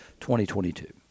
2022